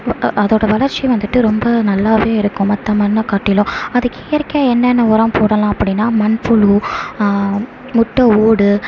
அதோட வளர்ச்சி வந்துவிட்டு ரொம்ப நல்லாவே இருக்கும் மற்ற மண்ணை காட்டிலும் அதுக்கு இயற்கை என்னென்ன உரம் போடலாம் அப்படினா மண்புழு முட்டை ஓடு